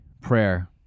prayer